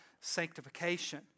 sanctification